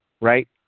right